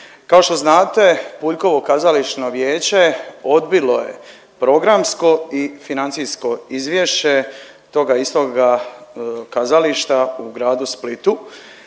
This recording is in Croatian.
Kao što znate Puljkovo kazališno vijeće odbilo je programsko i financijsko izvješće toga istoga kazališta u gradu Splitu.